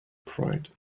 pride